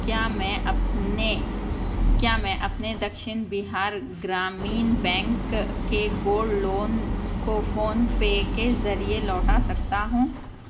کیا میں اپنے کیا میں اپنے دکشن بہار گرامین بینک کے گولڈ لون کو فون پے کے ذریعے لوٹا سکتا ہوں